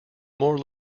more